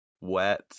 wet